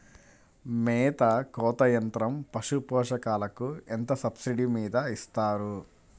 మేత కోత యంత్రం పశుపోషకాలకు ఎంత సబ్సిడీ మీద ఇస్తారు?